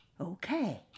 Okay